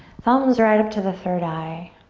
thumbs right up to the third eye.